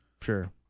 Sure